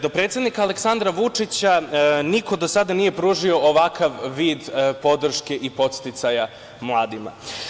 Do predsednika Aleksandra Vučića niko do sada nije pružio ovakav vid podrške i podsticaja mladima.